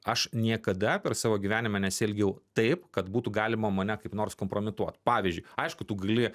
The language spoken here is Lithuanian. aš niekada per savo gyvenimą nesielgiau taip kad būtų galima mane kaip nors kompromituot pavyzdžiui aišku tu gali